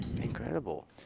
Incredible